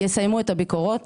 יסיימו את הביקורות